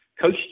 Coach